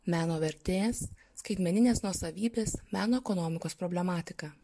meno vertės skaitmeninės nuosavybės meno ekonomikos problematiką